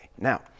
Now